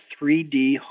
3D